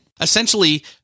Essentially